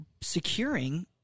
securing